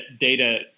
data